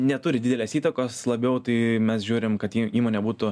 neturi didelės įtakos labiau tai mes žiūrim kad įmonė būtų